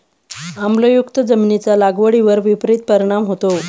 आम्लयुक्त जमिनीचा लागवडीवर विपरीत परिणाम होतो